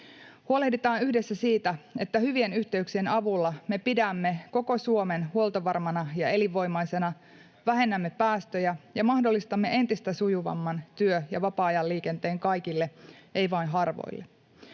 Huolehditaan yhdessä siitä, että hyvien yhteyksien avulla me pidämme koko Suomen huoltovarmana ja elinvoimaisena, vähennämme päästöjä ja mahdollistamme entistä sujuvamman työ- ja vapaa-ajan liikenteen kaikille, ei vain harvoille.